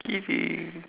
kidding